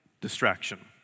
distraction